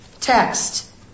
text